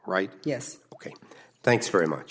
right yes ok thanks very much